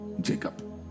Jacob